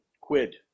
quid